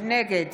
נגד